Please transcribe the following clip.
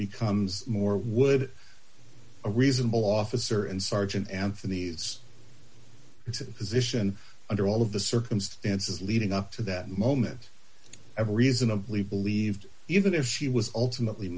becomes more would a reasonable officer and sergeant anthony's it's a position under all of the circumstances leading up to that moment ever reasonably believed even if she was ultimately